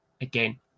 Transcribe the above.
again